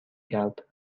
کرد